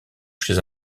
chez